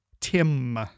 Tim